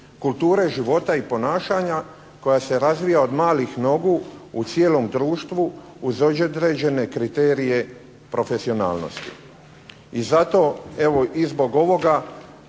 kulture života i ponašanja koja se razvija od malih nogu u cijelom društvu uz određene kriterije profesionalnosti. I zato, evo, i zbog ovoga